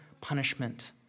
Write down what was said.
punishment